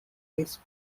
this